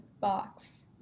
box